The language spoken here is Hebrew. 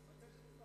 חברי הכנסת,